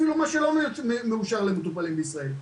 אפילו מה שלא נמכר למטופלים בישראל.